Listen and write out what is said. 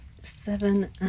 Seven